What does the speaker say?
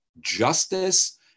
justice